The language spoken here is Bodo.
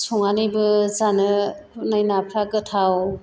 संनानैबो जानो गुरनाय नाफ्रा गोथाव